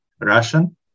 Russian